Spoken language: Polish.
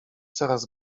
coraz